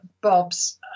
Bob's